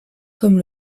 comme